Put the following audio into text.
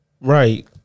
right